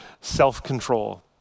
self-control